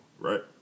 right